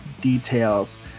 details